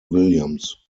williams